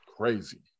crazy